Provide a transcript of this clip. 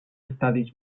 estadis